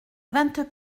vingt